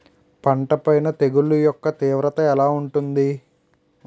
పంట పైన తెగుళ్లు యెక్క తీవ్రత ఎలా ఉంటుంది